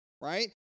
right